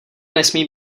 nesmí